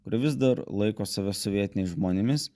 kur vis dar laiko save sovietiniais žmonėmis